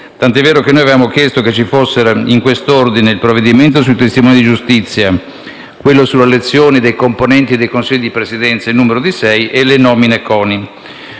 tanto è vero che avevamo chiesto che ci fossero, in quest'ordine, il provvedimento sui testimoni di giustizia, quello sull'elezione dei componenti dei Consigli di Presidenza in numero di sei e le nomine CONI.